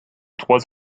trois